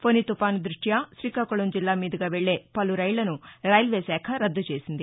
ఫొని తుఫాను దృష్ట్యా శ్రీకాకుళం జిల్లా మీదుగా వెల్లే పలు రైళ్లను రైల్వే శాఖ రద్దు చేసింది